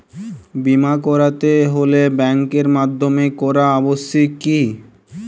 বিমা করাতে হলে ব্যাঙ্কের মাধ্যমে করা আবশ্যিক কি?